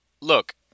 look